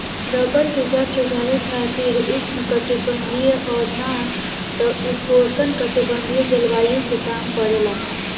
rubber के गाछ उगावे खातिर उष्णकटिबंधीय और ना त उपोष्णकटिबंधीय जलवायु के काम परेला